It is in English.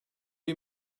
you